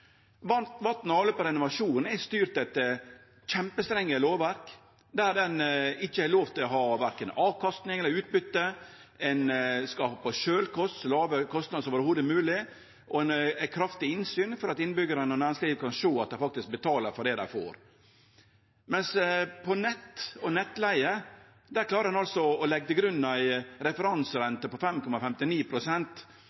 og avløp og renovasjon er styrte etter kjempestrenge lovverk. Ein har ikkje lov til å ha verken avkastning eller utbyte, det skal vere sjølvkost, så låge kostnadar som i det heile mogleg, og eit kraftig innsyn for at innbyggjarane og næringslivet kan sjå at dei betalar for det dei faktisk får. Men når det gjeld nett og nettleige, klarar ein altså å leggje til grunn ei